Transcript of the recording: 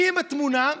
מי בתמונה?